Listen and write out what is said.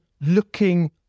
looking